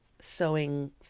sewing